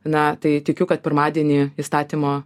na tai tikiu kad pirmadienį įstatymo